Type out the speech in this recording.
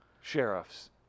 sheriffs